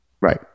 Right